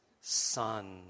son